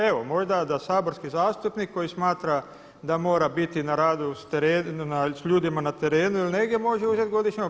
Evo možda da saborski zastupnik koji smatra da mora biti na radu s ljudima na terenu ili negdje može uzeti godišnji odmor.